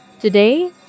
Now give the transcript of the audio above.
Today